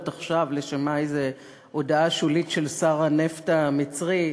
עכשיו לשמע איזו הודעה שולית של שר הנפט המצרי,